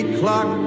clock